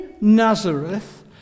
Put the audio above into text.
Nazareth